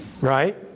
Right